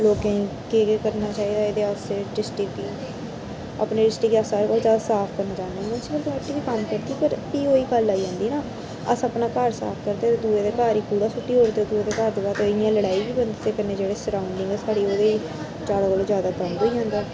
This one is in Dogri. लोकें गी केह् केह् करना चाहिदा एह्दे आस्तै डिस्टिक गी अपने डिस्टिक गी अस सारें कोला ज्यादा साफ करना चाहिदा मुन्सीपलटी पार्टी बी कम्म करदी पर फ्ही ओह् गल्ल आई जंदी ना अस अपना घर साफ करदे होई दुए दे घर ई कूड़ा सुट्टी ओड़दे ते दुए दे घर दबारा इ'यां लड़ाई बी बनदी ते कन्नै जेह्ड़ा सरऊंडिगं ऐ साढ़ी ओह् बी ज्यादा कोला ज्यादा गंद होई जंदा